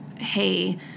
hey